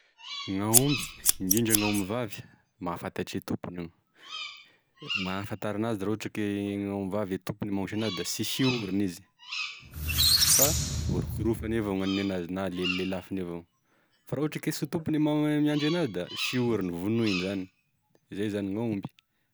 Gn'aomby indrindra gn'aomby vavy mahafantatry e tompony io, gn'ahafantaranazy da raha ohatra ka e g'aomby vavy e tompony magnosy enazy da sy sioriny izy, fa orokorofany evao gnaninenazy na lelilelafiny evao, fa raha ohatry ka sy tompony e ma- e miandry enazy da sioriny, vonoiny zany, izay zany gn'aomby.